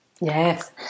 Yes